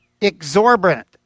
exorbitant